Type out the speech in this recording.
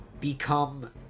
become